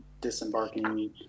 disembarking